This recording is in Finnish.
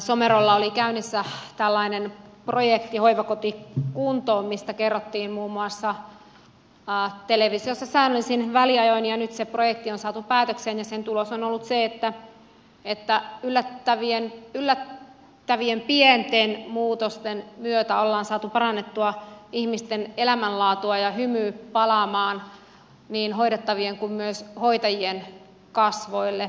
somerolla oli käynnissä tällainen projekti hoivakoti kuntoon mistä kerrottiin muun muassa televisiossa säännöllisin väliajoin ja nyt se projekti on saatu päätökseen ja sen tulos on ollut se että yllättävien pienten muutosten myötä ollaan saatu parannettua ihmisten elämänlaatua ja hymy palaamaan niin hoidettavien kuin myös hoitajien kasvoille